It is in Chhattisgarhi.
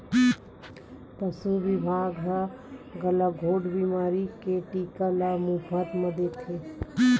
पसु बिभाग ह गलाघोंट बेमारी के टीका ल मोफत म देथे